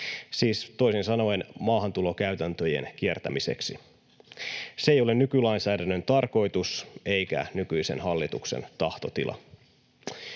siis toisin sanoen maahantulokäytäntöjen kiertämiseksi. Se ei ole nykylainsäädännön tarkoitus eikä nykyisen hallituksen tahtotila.